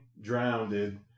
drowned